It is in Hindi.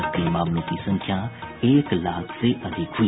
सक्रिय मामलों की संख्या एक लाख से अधिक हुई